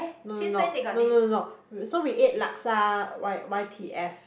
no no no no no no so we ate Laksa Y Y T F